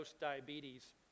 diabetes